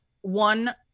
one